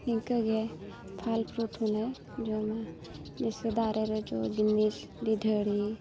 ᱱᱤᱝᱠᱟᱹ ᱜᱮ ᱯᱷᱟᱞ ᱯᱷᱨᱩᱴ ᱦᱚᱞᱮ ᱡᱚᱢᱟ ᱡᱮᱭᱥᱮ ᱫᱟᱨᱮ ᱡᱚ ᱡᱤᱱᱤᱥ ᱰᱤᱰᱷᱟᱹᱲᱤ